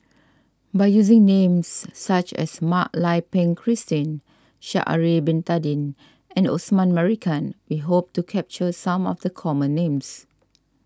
by using names such as Mak Lai Peng Christine Sha'ari Bin Tadin and Osman Merican we hope to capture some of the common names